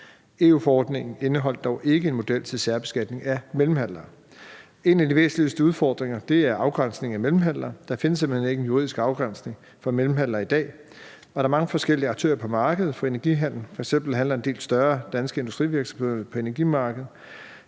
EU-forordningen indeholdt dog ikke en model til særbeskatning af mellemhandlere. En af de væsentligste udfordringer er afgrænsningen af mellemhandlere. Der findes simpelt hen ikke en juridisk afgrænsning af mellemhandlere i dag, og der er mange forskellige aktører på markedet for energihandel. F.eks. handler en del større danske industrivirksomheder på energimarkedet,